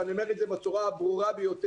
ואני אומר את זה בצורה הברורה ביותר.